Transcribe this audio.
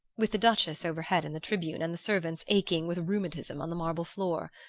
with the duchess overhead in the tribune, and the servants aching with rheumatism on the marble floor.